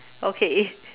okay